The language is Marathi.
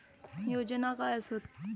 योजना काय आसत?